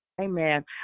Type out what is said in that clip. Amen